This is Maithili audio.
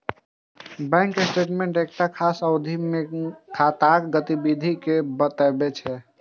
बैंक स्टेटमेंट एकटा खास अवधि मे खाताक गतिविधि कें बतबै छै